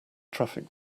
traffic